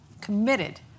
committed